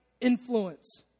influence